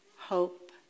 hope